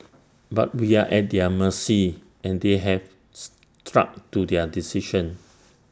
but we are at their mercy and they have struck to their decision